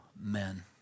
men